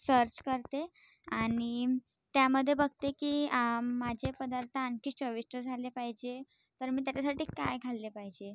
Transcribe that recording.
search करते आणि त्यामध्ये बघते की माझे पदार्थ आणखीच चविष्ट झाले पाहिजे तर मी त्याच्यासाठी काय घाल्ले पाहिजे